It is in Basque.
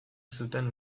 zuten